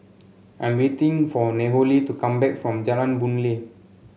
I'm waiting for Nohely to come back from Jalan Boon Lay